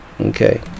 Okay